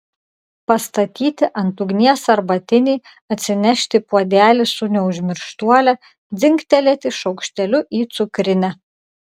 pastatyti ant ugnies arbatinį atsinešti puodelį su neužmirštuole dzingtelėti šaukšteliu į cukrinę